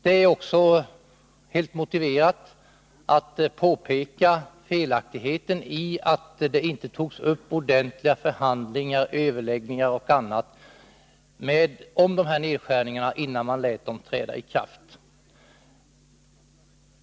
Det är också helt motiverat att påpeka det felaktiga i att det inte upptogs ordentliga förhandlingar och överläggningar om dessa nedskärningar, innan man lät dem träda i kraft.